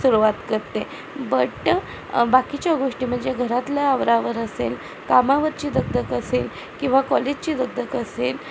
सुरुवात करते बट बाकीच्या गोष्टी म्हणजे घरातल्या अवराआवर असेल कामावरची दगदग असेल किंवा कॉलेजची दगदग असेल